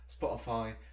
Spotify